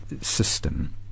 system